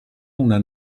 una